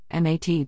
MAT